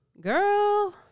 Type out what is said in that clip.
Girl